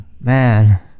man